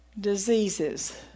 diseases